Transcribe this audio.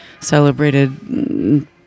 celebrated